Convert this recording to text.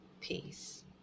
peace